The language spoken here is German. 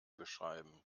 beschreiben